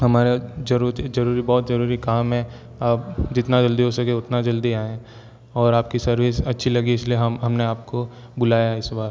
हमारा जरूर जरूरी बहुत जरूरी काम है आप जितना जल्दी हो सके उतना जल्दी आए और आपकी सर्विस अच्छी लगी इसलिए हम हमने आपको बुलाया है इस बार